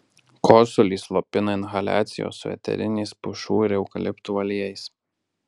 kosulį slopina inhaliacijos su eteriniais pušų ir eukaliptų aliejais